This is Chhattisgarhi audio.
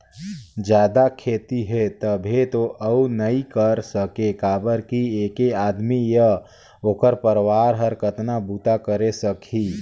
जादा खेती हे तभे तो अउ नइ कर सके काबर कि ऐके आदमी य ओखर परवार हर कतना बूता करे सकही